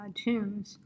tunes